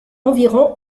environ